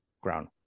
ground